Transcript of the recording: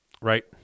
Right